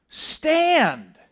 Stand